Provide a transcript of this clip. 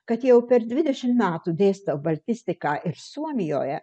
kad jau per dvidešim metų dėstau baltistiką ir suomijoje